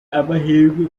amahirwe